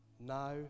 now